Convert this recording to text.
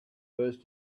first